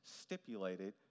stipulated